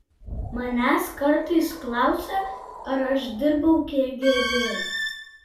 manęs kartais klausia ar aš dirbau kgb